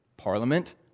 parliament